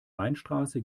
weinstraße